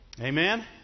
Amen